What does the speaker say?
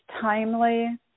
timely